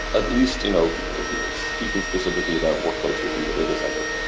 at least you know speaking specifically about workloads within the data center.